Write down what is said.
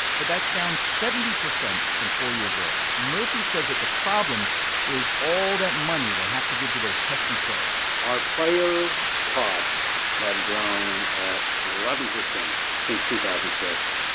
but that's down seventy percent from four years earlier. murphy says that the problem is all that money they have to give to those pesky players our player costs have grown at eleven percent since two thousand and six,